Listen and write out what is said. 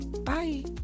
Bye